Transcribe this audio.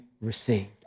received